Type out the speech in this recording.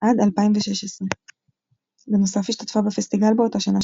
עד 2016. בנוסף השתתפה בפסטיגל באותה שנה,